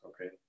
Okay